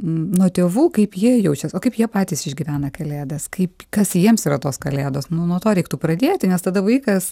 nuo tėvų kaip jie jaučias o kaip jie patys išgyvena kalėdas kaip kas jiems yra tos kalėdos nu nuo to reiktų pradėti nes tada vaikas